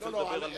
אני רוצה לדבר על,